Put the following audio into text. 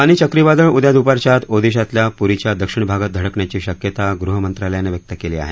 फानी चक्रीवादळ उद्या दुपारच्या आत ओदिशातल्या पुरीच्या दक्षिण भागात धडकण्याची शक्यता गृह मंत्रालयाने व्यक्त केली आहे